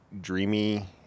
dreamy